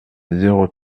zéro